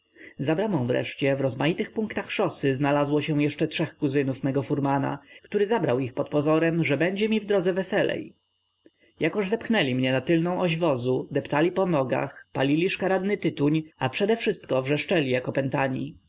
bramą wreszcie w rozmaitych punktach szosy znalazło się jeszcze trzech kuzynów mego furmana który zabrał ich pod pozorem że będzie mi w drodze weselej jakoż zepchnęli mnie na tylną oś wozu deptali po nogach palili szkaradny tytuń a przedewszystko wrzeszczeli jak opętani